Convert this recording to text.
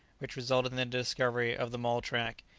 which resulted in the discovery of the mole-track.